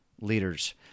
leaders